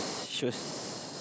shows